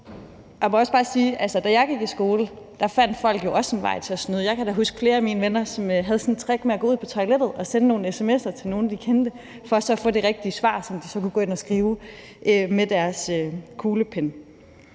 da jeg gik i skole, fandt folk jo også en vej til at snyde. Jeg kan da huske, at flere af mine venner havde sådan et trick med at gå ud på toilettet og sende nogle sms'er til nogen, de kendte, for så at få det rigtige svar, som de så kunne gå ind at skrive med deres kuglepen.